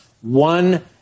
one